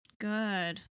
Good